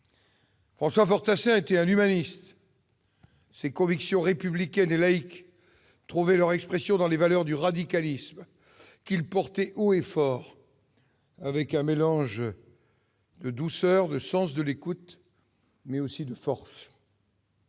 François Fortassin était un humaniste. Ses convictions républicaines et laïques trouvaient leur expression dans les valeurs du radicalisme, qu'il portait haut et fort, avec un mélange de douceur, de sens de l'écoute, mais aussi de force.